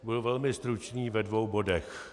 Budu velmi stručný ve dvou bodech.